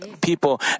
people